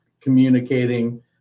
communicating